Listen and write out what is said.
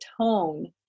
tone